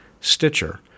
Stitcher